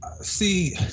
see